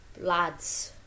lads